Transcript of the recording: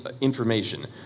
information